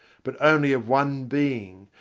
but only of one being,